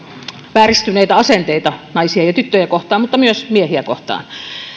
vääristyneitä asenteita naisia ja tyttöjä kohtaan mutta myös miehiä kohtaan